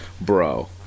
Bro